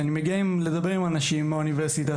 אני מגיע לדבר עם סטודנטים באוניברסיטה